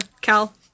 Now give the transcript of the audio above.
Cal